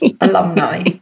alumni